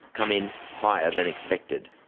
come in higher than expected.